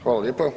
Hvala lijepa.